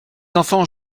enfants